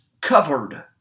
covered